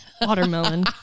Watermelon